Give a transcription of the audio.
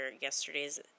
yesterday's